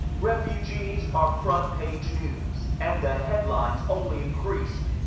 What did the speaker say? refugees are front page news, and the headlines only increased,